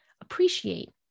appreciate